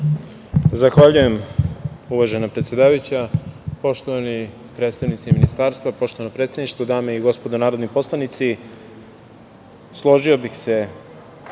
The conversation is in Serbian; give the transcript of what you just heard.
Zahvaljujem, uvažena predsedavajuća. Poštovani predstavnici Ministarstva, poštovano predsedništvo, dame i gospodo narodni poslanici, složio bih se,